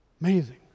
Amazing